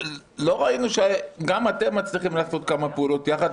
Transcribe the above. לא ראינו שגם אתם מצליחים לעשות כמה פעולות יחד,